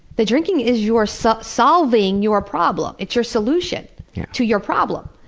the drinking is your so solving your problem it's your solution to your problem.